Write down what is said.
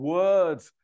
words